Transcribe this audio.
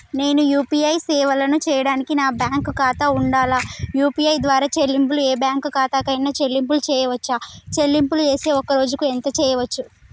నేను యూ.పీ.ఐ సేవలను చేయడానికి నాకు బ్యాంక్ ఖాతా ఉండాలా? యూ.పీ.ఐ ద్వారా చెల్లింపులు ఏ బ్యాంక్ ఖాతా కైనా చెల్లింపులు చేయవచ్చా? చెల్లింపులు చేస్తే ఒక్క రోజుకు ఎంత చేయవచ్చు?